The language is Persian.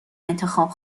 انتخاب